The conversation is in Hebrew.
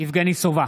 יבגני סובה,